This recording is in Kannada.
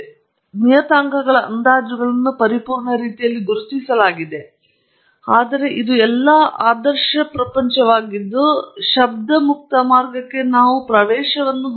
ಮತ್ತು ನಿಯತಾಂಕಗಳ ಅಂದಾಜುಗಳನ್ನು ಪರಿಪೂರ್ಣ ರೀತಿಯಲ್ಲಿ ಗುರುತಿಸಲಾಗಿದೆ ಆದರೆ ಇದು ಎಲ್ಲ ಆದರ್ಶ ಪ್ರಪಂಚವಾಗಿದ್ದು ಶಬ್ದ ಮುಕ್ತ ಮಾರ್ಗಕ್ಕೆ ನಾವು ಪ್ರವೇಶವನ್ನು ಹೊಂದಿಲ್ಲ